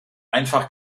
einfach